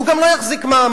והוא גם לא יחזיק מעמד.